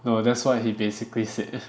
no that's what he basically said